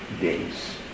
days